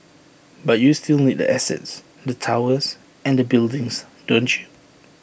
but you still need the assets the towers and the buildings don't you